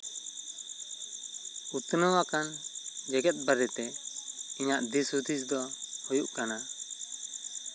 ᱩᱛᱱᱟᱹᱣ ᱟᱠᱟᱱ ᱡᱮᱜᱮᱫ ᱵᱟᱨᱮᱛᱮ ᱤᱧᱟᱹᱜ ᱫᱤᱥᱼᱦᱩᱫᱤᱥ ᱫᱚ ᱦᱩᱭᱩᱜ ᱠᱟᱱᱟᱼ